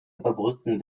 überbrücken